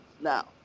Now